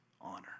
honor